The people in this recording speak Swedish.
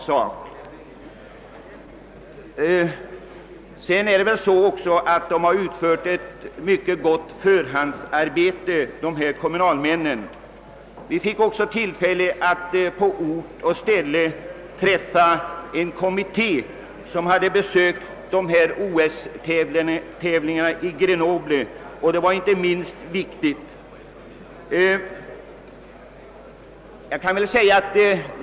De har även utfört ett mycket gott förberedelsearbete. Vi fick också tillfälle att på ort och ställe komma i kontakt med den kommitté som hade besökt OS-tävlingarna i Grenoble — detta sammanträffande var det kanske inte minst viktiga.